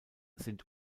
sind